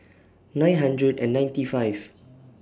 nine hundred and ninety five